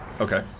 Okay